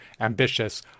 ambitious